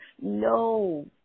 No